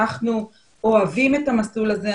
אנחנו אוהבים את המסלול הזה,